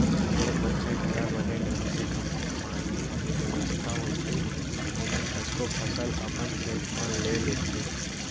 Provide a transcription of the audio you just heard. जेन मनसे करा बने ढंग के पानी के बेवस्था होथे ओमन कतको फसल अपन खेत म ले लेथें